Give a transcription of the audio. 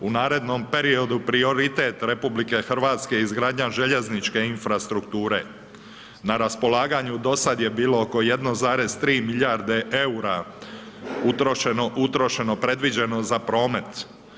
U narednom periodu prioritet Republike Hrvatske je izgradnja željezničke infrastrukture, na raspolaganju do sad je bilo oko 1,3 milijarde EUR-a, utrošeno, utrošeno, predviđeno za promet.